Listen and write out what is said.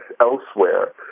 elsewhere